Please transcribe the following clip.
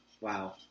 Wow